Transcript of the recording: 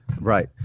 Right